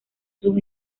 sus